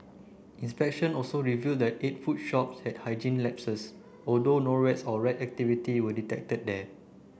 inspections also revealed that eight food shops had hygiene lapses although no rats or rat activity were detected there